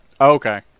Okay